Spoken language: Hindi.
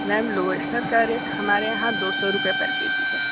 मैम लोवेस्टर का रेट हमारे यहाँ दो सौ रुपये पर के जी है